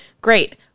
great